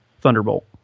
Thunderbolt